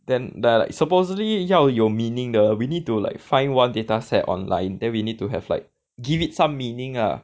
then like like supposedly 要有 meaning 的 we need to like find one data set online then we need to have like give it some meaning lah